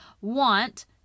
want